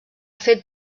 fet